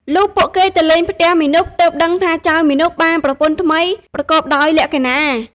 លុះពួកគេទៅលេងផ្ទះមាណព ទើបដឹងថាចៅមាណពបានប្រពន្ធថ្មីប្រកបដោយលក្ខិណា។